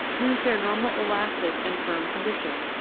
lose their normal elastic and firm condition,